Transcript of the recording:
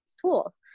tools